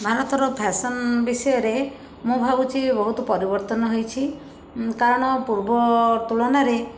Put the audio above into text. ଭାରତର ଫ୍ୟାସନ୍ ବିଷୟରେ ମୁଁ ଭାବୁଛି ବହୁତ ପରିବର୍ତ୍ତନ ହେଇଛି କାରଣ ପୁର୍ବ ତୁଳନାରେ